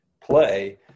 play